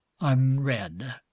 unread